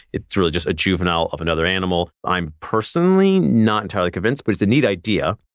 it's really just a juvenile of another animal. i'm personally not entirely convinced, but it's a neat idea.